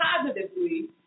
positively